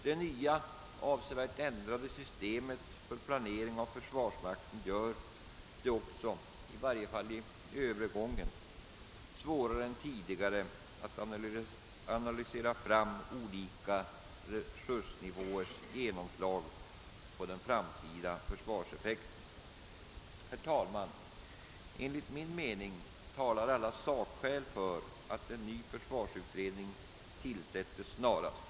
Det nya och avsevärt ändrade systemet för planering av försvarsmakten gör det, i varje fall vid övergången, svårare än tidigare att analysera fram olika resursnivåers genomslag på den framtida försvarseffekten. Herr talman! Enligt min mening talar alla sakskäl för att en ny försvarsutredning tillsätts snarast.